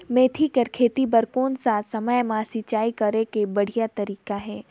मेथी के खेती बार कोन सा समय मां सिंचाई करे के बढ़िया तारीक हे?